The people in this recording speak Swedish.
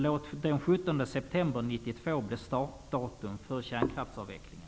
Låt den 17 september 1992 bli startdatum för kärnkraftsavvecklingen!